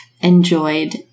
enjoyed